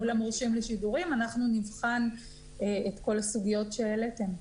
מול המורשים לשידורים את כל הסוגיות שהעליתם.